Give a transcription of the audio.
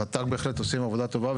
הרט"ג בהחלט עושים עבודה טובה,